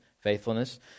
faithfulness